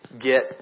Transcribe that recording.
get